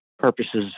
purposes